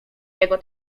jego